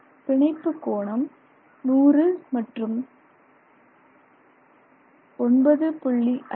பிணைப்பு கோணம் 100 மற்றும் 9